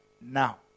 now